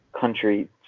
country